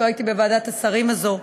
לא הייתי בוועדת השרים הזאת,